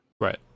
right